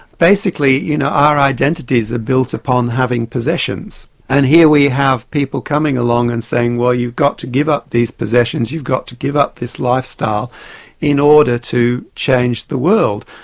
basically you know our identities are built upon having possessions and here we have people coming along and saying well you've got to give up these possessions, you've got to give up this lifestyle in order to change the world.